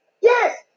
Yes